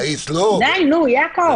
די, נו, יעקב.